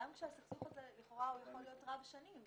אפילו שהסכסוך הזה יכול להיות רב שנים.